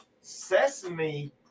Sesame